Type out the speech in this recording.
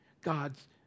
God's